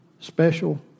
special